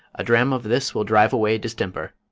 a dram of this will drive away distemper.